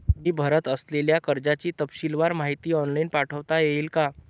मी भरत असलेल्या कर्जाची तपशीलवार माहिती ऑनलाइन पाठवता येईल का?